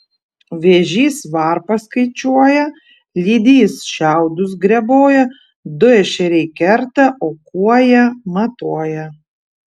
vėžys varpas skaičiuoja lydys šiaudus greboja du ešeriai kerta o kuoja matuoja